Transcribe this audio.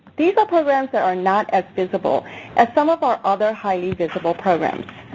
these are programs that are not as visible as some of our other highly visible programs.